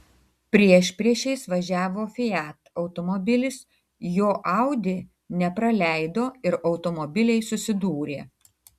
priešpriešiais važiavo fiat automobilis jo audi nepraleido ir automobiliai susidūrė